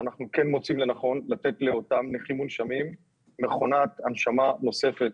אנחנו כן מוצאים לנכון לתת לאותם נכים מונשמים מכונת הנשמה נוספת.